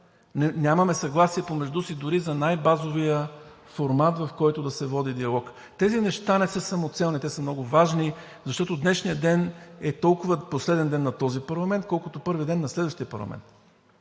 Нямаме съгласие помежду си дори за най-базовия формат, в който да се води диалог. Тези неща не са самоцелни, те са много важни, защото днешният ден е толкова последен ден на този парламент, колкото първи ден на следващия парламент.